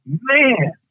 man